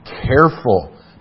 careful